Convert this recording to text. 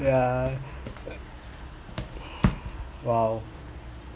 ya !wow!